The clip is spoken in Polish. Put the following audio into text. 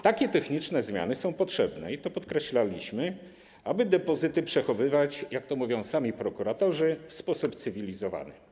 Takie techniczne zmiany są potrzebne, i to podkreślaliśmy, aby depozyty przechowywać, jak to mówią sami prokuratorzy, w sposób cywilizowany.